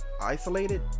isolated